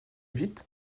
vite